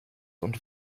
und